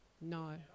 no